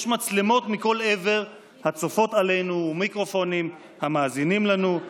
יש מצלמות מכל עבר הצופות עלינו ומיקרופונים המאזינים לנו.